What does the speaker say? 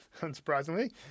Unsurprisingly